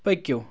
پٔکِو